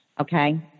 Okay